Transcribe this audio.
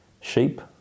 sheep